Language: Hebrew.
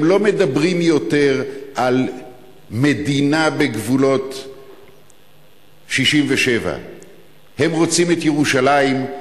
הם לא מדברים יותר על מדינה בגבולות 1967. הם רוצים את ירושלים,